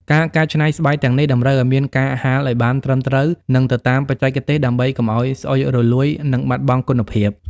ការកែច្នៃស្បែកទាំងនេះ តម្រូវឱ្យមានការហាលឱ្យបានត្រឹមត្រូវ និងទៅតាមបច្ចេកទេស ដើម្បីកុំឱ្យស្អុយរលួយ និងបាត់បង់គុណភាព។